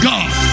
God